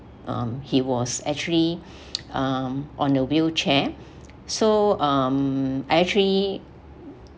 um he was actually um on a wheelchair so um I actually